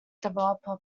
developer